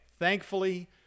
Thankfully